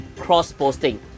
cross-posting